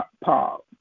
Paul